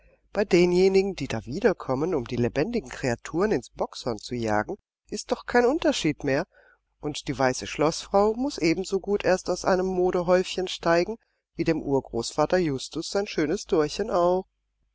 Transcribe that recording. bei denjenigen die da wiederkommen um die lebendigen kreaturen ins bockshorn zu jagen ist doch kein unterschied mehr und die weiße schloßfrau muß ebensogut erst aus einem moderhäufchen steigen wie dem urgroßvater justus sein schönes dorchen auch